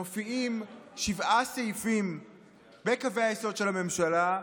מופיעים שבעה סעיפים בקווי היסוד של הממשלה,